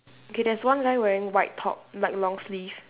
okay there's one guy wearing white top white long sleeves